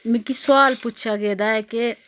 मिकी सोआल पुच्छेआ गेदा ऐ के